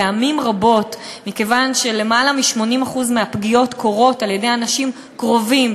פעמים רבות מכיוון שלמעלה מ-80% מהפגיעות קורות על-ידי אנשים קרובים,